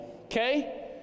okay